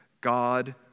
God